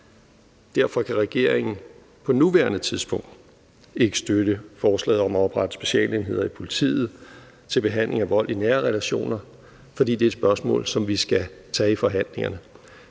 Derfor kan regeringen på nuværende tidspunkt ikke støtte forslaget om at oprette specialenheder i politiet til behandling af vold i nære relationer, altså fordi det er et spørgsmål, som vi skal tage i forhandlingerne.